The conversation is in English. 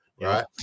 Right